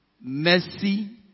mercy